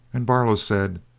and barlow said,